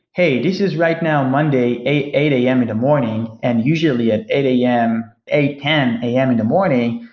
hey, this is right now monday eight eight am in the morning, and usually at eight am, eight ten am in the morning,